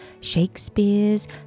Shakespeare's